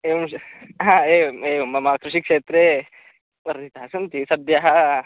एवं च् एवम् एवं मम कृषि क्षेत्रे वर्धितः सन्ति सद्यः